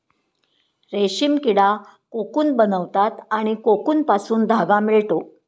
रेशीम किडा कोकून बनवतात आणि कोकूनपासून धागा मिळतो